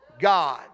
God